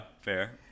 fair